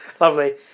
Lovely